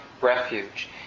refuge